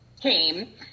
came